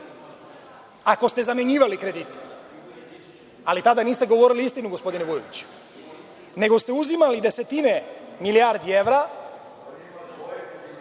ako ste zamenjivali kredite. Ali, tada niste govorili istinu, gospodine Vujoviću, nego ste uzimali desetine milijardi evra